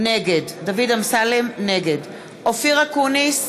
נגד אופיר אקוניס,